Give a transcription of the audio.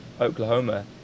Oklahoma